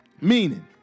Meaning